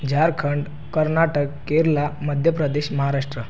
Jharkhand Karnataka Kerala Madhya Pradesh Maharashtra